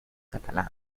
catalán